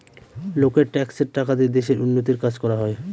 লোকের ট্যাক্সের টাকা দিয়ে দেশের উন্নতির কাজ করা হয়